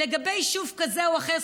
לגבי יישוב כזה או אחר,